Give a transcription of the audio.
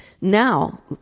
Now